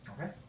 Okay